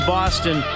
Boston